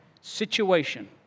situation